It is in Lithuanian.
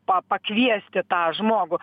pa pakviesti tą žmogų